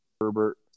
Herbert